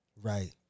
Right